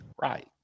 Right